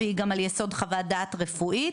והיא גם על יסוד חוות דעת רפואית,